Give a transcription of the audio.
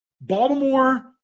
Baltimore